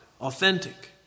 authentic